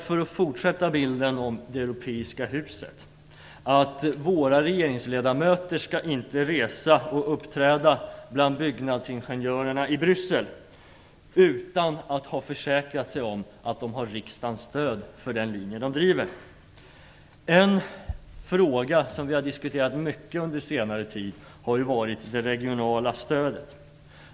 För att fortsätta bilden med det europeiska huset skall våra regeringsledamöter inte uppträda bland byggnadsingenjörerna i Bryssel utan att ha försäkrat sig om att de har riksdagens stöd för den linje de driver. En fråga som vi har diskuterat mycket under senare tid har gällt det regionala stödet.